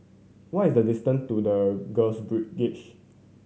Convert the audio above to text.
what is the distant to The Girls